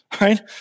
right